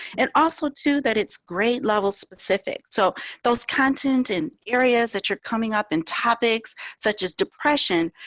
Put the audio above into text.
and also to that. it's great level specific so those content in areas that you're coming up and topics such as depression.